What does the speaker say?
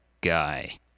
guy